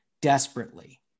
desperately